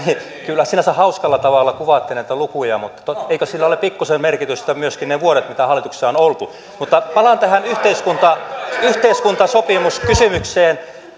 kyllä sinänsä hauskalla tavalla kuvaatte näitä lukuja mutta eikö siinä ole pikkuisen merkitystä myöskin niillä vuosilla mitä hallituksessa on oltu mutta palaan tähän yhteiskuntasopimuskysymykseen